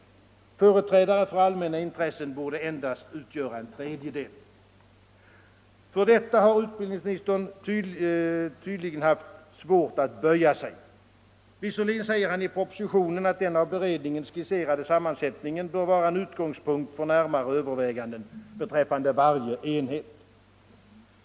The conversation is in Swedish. Företrädare för allmänna intressen borde endast utgöra en tredjedel. För detta har utbildningsministern tydligen haft svårt att böja sig. Visserligen säger han i propositionen att den av beredningen skisserade sammansättningen bör vara en utgångspunkt för närmare överväganden beträffande varje enhet.